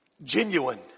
genuine